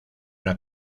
una